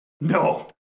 No